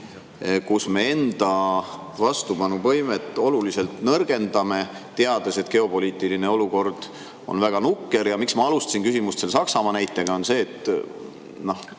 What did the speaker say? kus me enda vastupanuvõimet oluliselt nõrgendame, kuigi teame, et geopoliitiline olukord on väga nukker?[Põhjus,] miks ma alustasin küsimust Saksamaa näitega, on see, et